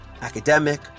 academic